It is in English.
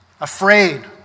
afraid